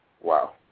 Wow